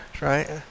Right